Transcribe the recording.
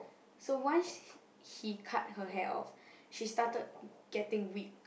so once he cut her hair off she started getting weak